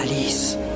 Alice